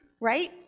right